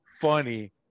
funny